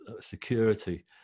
security